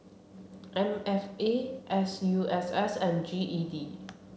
M F A S U S S and G E D